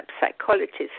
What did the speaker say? Psychologists